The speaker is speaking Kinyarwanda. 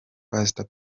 pastor